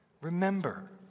Remember